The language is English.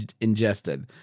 ingested